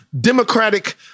Democratic